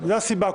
זאת הסיבה.